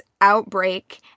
outbreak